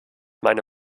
meine